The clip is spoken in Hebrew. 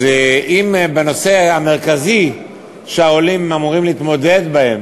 אז אם בנושא המרכזי שהעולים אמורים להתמודד אתו,